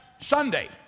Sunday